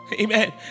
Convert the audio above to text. Amen